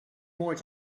more